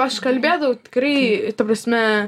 aš kalbėdavau tikrai ta prasme